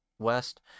West